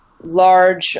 large